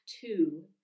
Two